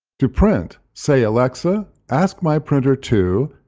to print, say, alexa, ask my printer to,